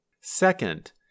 Second